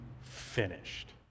finished